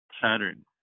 pattern